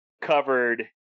covered